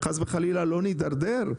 שלא נידרדר,